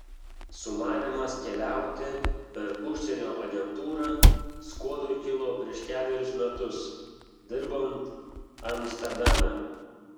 sumanymas keliauti per užsienio agentūrą skuodui kilo prieš kelerius metus dirbant amsterdame